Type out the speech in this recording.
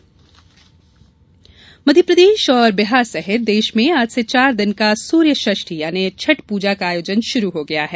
छठ पूजा मध्यप्रदेश और बिहार सहित देश में आज से चार दिन का सूर्य षष्टि यानी छठ पूजा का आयोजन शुरू हो गया है